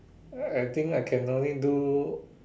I think I can only do